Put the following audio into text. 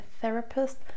therapist